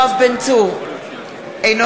אינו